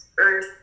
Earth